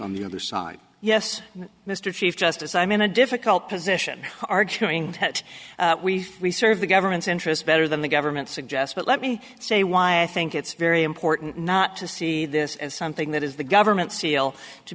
on the other side yes mr chief justice i'm in a difficult position are showing that we serve the government's interest better than the government suggest but let me say why i think it's very important not to see this as something that is the government seal to